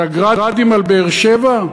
את ה"גראדים" על באר-שבע?